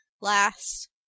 last